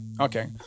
Okay